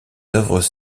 œuvres